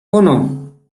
uno